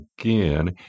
again